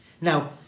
Now